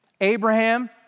Abraham